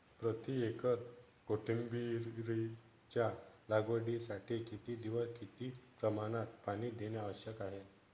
प्रति एकर कोथिंबिरीच्या लागवडीसाठी किती दिवस किती प्रमाणात पाणी देणे आवश्यक आहे?